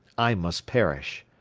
i must perish.